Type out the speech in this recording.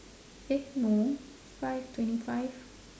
eh no five twenty five